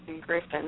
Griffin